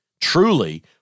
truly